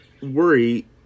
worry